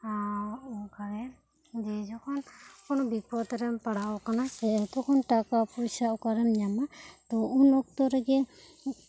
ᱚᱱᱠᱟ ᱜᱮ ᱡᱚᱠᱷᱚᱱ ᱠᱳᱱᱳ ᱵᱤᱯᱚᱛ ᱨᱮᱢ ᱯᱟᱲᱟᱣ ᱟᱠᱟᱱ ᱥᱮ ᱟᱛᱳ ᱠᱷᱚᱱ ᱴᱟᱠᱟ ᱯᱚᱭᱥᱟ ᱚᱠᱟᱨᱮᱢ ᱧᱟᱢᱟ ᱥᱮ ᱩᱱ ᱚᱠᱛᱚ ᱨᱮ ᱜᱮ